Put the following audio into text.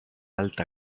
alta